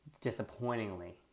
disappointingly